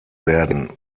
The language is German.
werden